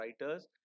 writers